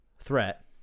threat